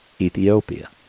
Ethiopia